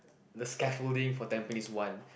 the scaffolding for Tampines-One